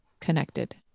connected